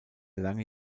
lange